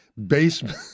basement